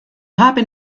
haben